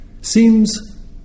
Seems